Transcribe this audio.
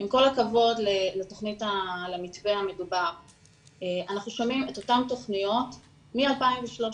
עם כל הכבוד למתווה המדובר אנחנו שומעים את אותן תוכניות מ-2013.